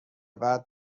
بعد